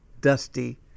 dusty